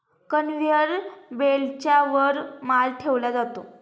conveyor बेल्टच्या वर माल ठेवला जातो